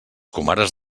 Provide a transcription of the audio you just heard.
comares